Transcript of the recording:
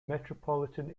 metropolitan